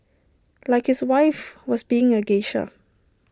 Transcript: like his wife was being A geisha